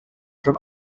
from